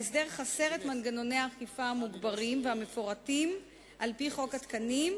ההסדר חסר את מנגנוני האכיפה המוגברים והמפורטים על-פי חוק התקנים,